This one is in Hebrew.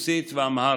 רוסית ואמהרית.